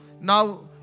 now